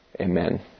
Amen